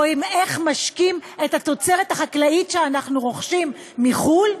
או איך משקים את התוצרת החקלאית שאנחנו רוכשים מחו"ל?